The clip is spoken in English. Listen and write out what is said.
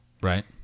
Right